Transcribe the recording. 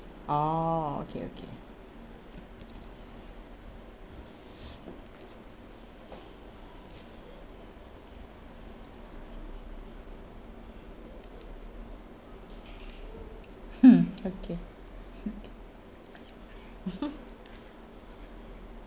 orh okay okay okay